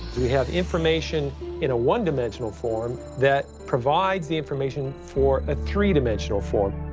we have information in a one-dimensional form that provides the information for a three-dimensional form.